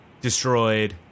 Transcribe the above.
destroyed